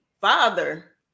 father